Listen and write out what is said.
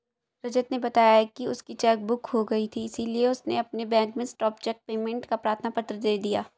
रजत ने बताया की उसकी चेक बुक खो गयी थी इसीलिए उसने अपने बैंक में स्टॉप चेक पेमेंट का प्रार्थना पत्र दे दिया